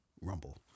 rumble